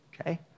okay